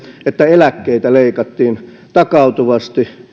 että eläkkeitä leikattiin takautuvasti